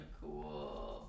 cool